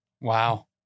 Wow